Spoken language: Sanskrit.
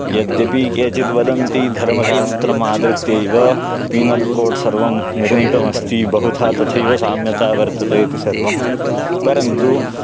यद्यपि केचित् वदन्ति धर्मशास्त्रम् आधृत्यैव पीनल् कोड् सर्वं निर्मितमस्ति बहुधा तथैव साम्यता वर्तते इति सर्वं परन्तु